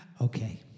Okay